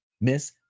miss